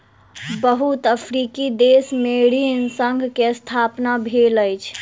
बहुत अफ्रीकी देश में ऋण संघ के स्थापना भेल अछि